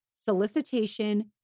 solicitation